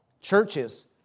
churches